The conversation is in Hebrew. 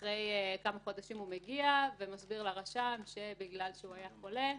אחרי כמה חודשים הוא מגיע ומסביר לרשם שבגלל שהוא היה חולה,